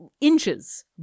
inches